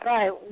Right